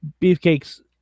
Beefcake's